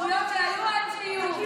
הזכויות שהיו הן שיהיו.